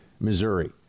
Missouri